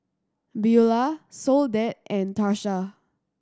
Beulah Soledad and Tarsha